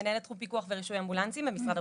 מנהלת תחום פיקוח ורישוי אמבולנסים במשרד הבריאות.